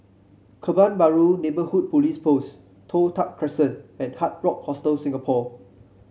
Kebun Baru Neighbourhood Police Post Toh Tuck Crescent and Hard Rock Hostel Singapore